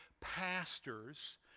pastors